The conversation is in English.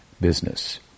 business